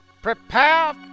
Prepare